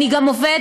אני גם עובדת,